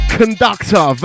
conductor